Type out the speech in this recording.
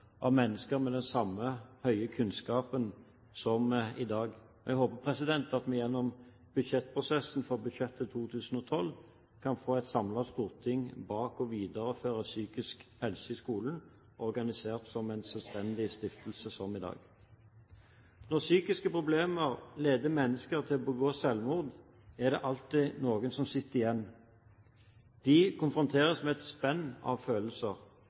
av mennesker med den samme høye kunnskapen som i dag. Jeg håper at vi gjennom prosessen for budsjettet 2012 kan få et samlet storting bak det å videreføre «Psykisk helse i skolen», organisert som en selvstendig stiftelse som i dag. Når psykiske problemer leder mennesker til å begå selvmord, er det alltid noen som sitter igjen. De konfronteres med et spenn av følelser